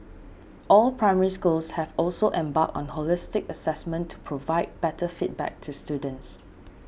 all Primary Schools have also embarked on holistic assessment to provide better feedback to students